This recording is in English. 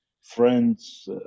friends